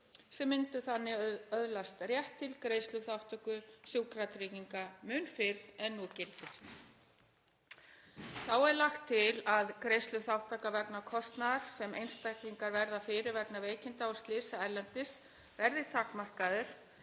sem myndu þannig öðlast rétt til greiðsluþátttöku Sjúkratrygginga mun fyrr en nú gildir. Þá er lagt til að greiðsluþátttaka vegna kostnaðar sem einstaklingar verða fyrir vegna veikinda og slysa erlendis verði takmarkaður